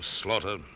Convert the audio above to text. slaughter